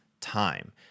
time